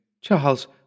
Charles